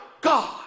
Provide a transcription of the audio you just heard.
God